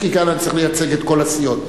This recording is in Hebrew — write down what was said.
כי כאן אני צריך לייצג את כל הסיעות.